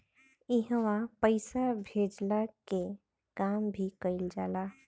इहवा पईसा भेजला के काम भी कइल जाला